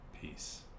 Peace